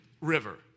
river